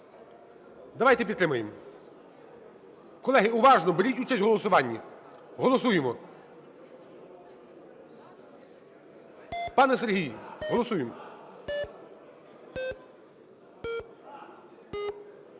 Давайте підтримаємо! Колеги, уважно! Беріть участь в голосуванні. Голосуємо. Пане Сергій, голосуємо!